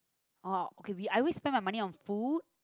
oh okay we I always spend money on food